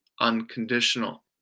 unconditional